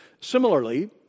similarly